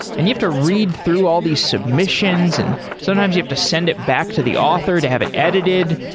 and you have to read through all these submissions and sometimes you have to send it back to the author to have it edited,